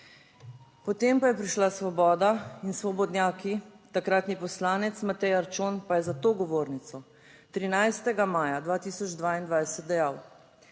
Potem pa je prišla Svoboda in svobodnjaki, takratni poslanec Matej Arčon pa je za to govornico 13. maja 2022 dejal,